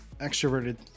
extroverted